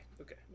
okay